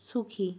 সুখী